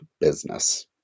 business